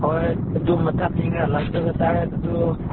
ꯍꯣꯏ ꯑꯗꯨ ꯃꯇꯝ ꯌꯦꯡꯂꯒ ꯂꯥꯛꯆꯕ ꯇꯥꯔꯦ ꯑꯗꯨꯒꯤꯗꯣ